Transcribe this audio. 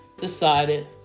decided